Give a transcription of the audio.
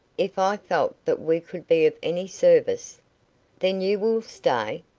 if i felt that we could be of any service then you will stay?